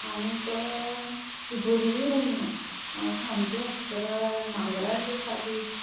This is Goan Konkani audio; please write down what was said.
आनीक ती बरी उन्ना सामकेच तर म्हाका अशे दिसता की